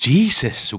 Jesus